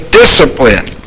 discipline